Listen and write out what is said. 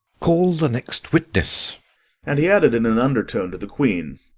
call the next witness and he added in an undertone to the queen,